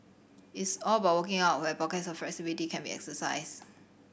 it's all about working out where pockets of flexibility can be exercised